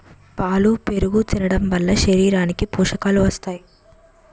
పాలు పెరుగు తినడంవలన శరీరానికి పోషకాలు వస్తాయి